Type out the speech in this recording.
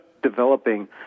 developing